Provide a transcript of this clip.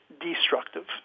destructive